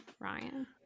Ryan